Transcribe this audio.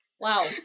wow